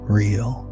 real